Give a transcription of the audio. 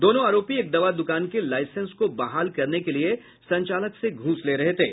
दोनों आरोपी एक दवा दुकान के लाईसेंस को बहाल करने के लिये संचालक से घूस ले रहे थे